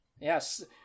Yes